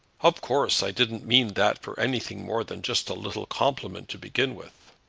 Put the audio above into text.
of course i didn't mean that for anything more than just a little compliment to begin with.